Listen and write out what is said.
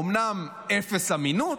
אומנם אפס אמינות,